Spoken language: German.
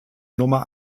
nummer